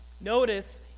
Notice